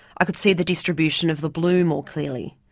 i could see the distribution of the blue more clearly.